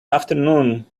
afternoon